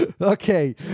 Okay